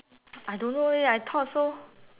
I don't know leh I thought so